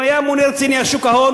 אם היה ממונה רציני על שוק ההון,